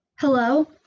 Hello